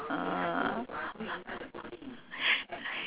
uh okay